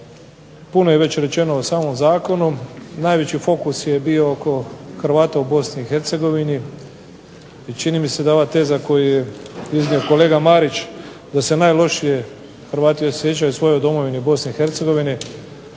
puno je već rečeno o samom Zakonu najveći fokus je bio oko Hrvata u BiH i čini mi se da je ova teza koju je iznio gospodin Marić da se najlošije osjećaju Hrvati u svojoj domovini u BiH